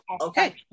okay